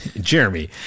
Jeremy